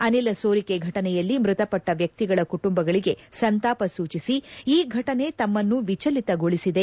ಅನಿಲ ಸೋರಿಕೆ ಘಟನೆಯಲ್ಲಿ ಮೃತಪಟ್ಟ ವ್ಯಕ್ತಿಗಳ ಕುಟುಂಬಗಳಿಗೆ ಸಂತಾಪ ಸೂಚಿಸಿ ಈ ಘಟನೆ ತಮ್ಮನ್ನು ವಿಚಲಿತಗೊಳಿಸಿದೆ